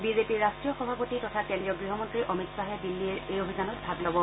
বিজেপিৰ ৰাষ্ট্ৰীয় সভাপতি তথা কেন্দ্ৰীয় গৃহমন্তী অমিত শ্বাহে দিল্লীৰ এই অভিযানত ভাগ ল'ব